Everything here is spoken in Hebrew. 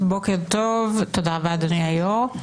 בוקר טוב, תודה רבה, אדוני היושב-ראש.